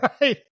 right